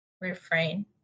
refrain